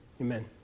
Amen